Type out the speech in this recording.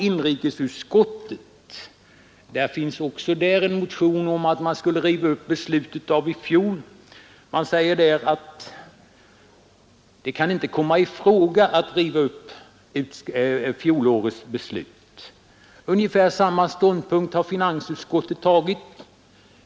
Också där finns en motion om att man skall riva upp beslutet från i fjol, men utskottet säger att det inte kan komma i fråga att riva upp fjolårets beslut. Ungefär samma ståndpunkt har finansutskottet intagit.